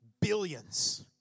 billions